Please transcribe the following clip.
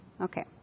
Okay